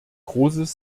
großes